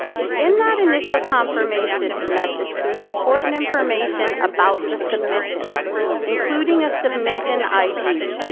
in in that initial confirmation message there's important information about the submission including a submission id.